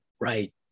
right